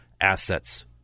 assets